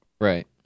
right